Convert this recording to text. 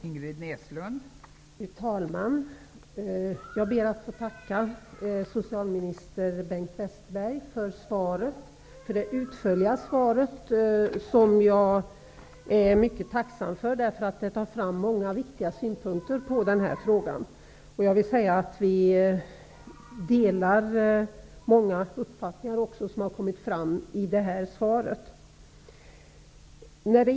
Fru talman! Jag ber att få tacka socialminister Bengt Westerberg för det utförliga svaret. Jag är mycket tacksam för det, för det tar fram många viktiga synpunkter på den här frågan. Jag vill säga att vi delar många uppfattningar som har kommit fram i det här svaret.